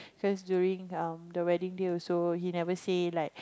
cause during the wedding day also he never say like